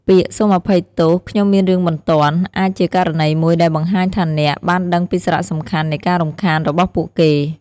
ពាក្យ "សូមអភ័យទោស ខ្ញុំមានរឿងបន្ទាន់" អាចជាករណីមួយដែលបង្ហាញថាអ្នក បានដឹងពីសារៈសំខាន់នៃការរំខាន របស់ពួកគេ។